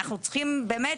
אנחנו צריכים, באמת,